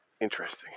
interesting